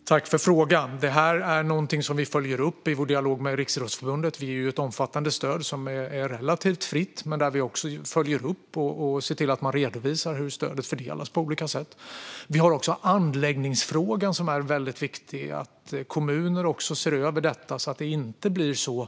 Fru talman! Jag tackar för frågan. Detta är någonting som vi följer upp i vår dialog med Riksidrottsförbundet. Vi ger ett omfattande stöd som är relativt fritt, men där vi också följer upp och ser till att man redovisar hur stödet fördelas på olika sätt. Vi har också anläggningsfrågan som är väldigt viktig och att kommuner också ser över den så